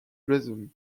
rhythm